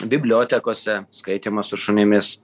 bibliotekose skaitymas su šunimis